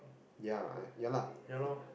ya ya lah